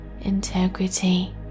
integrity